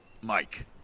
Mike